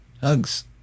Hugs